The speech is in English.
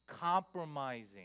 compromising